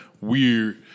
weird